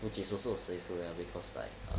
which is also safer lah because like err